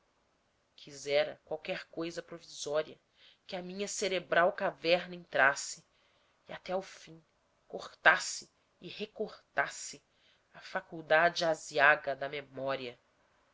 quisera qualquer coisa provisória que a minha cerebral caverna entrasse e até ao fim cortasse e recortasse a faculdade aziaga da memória